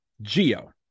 Geo